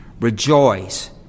rejoice